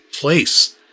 place